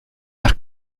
nach